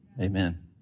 Amen